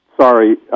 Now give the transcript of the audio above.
Sorry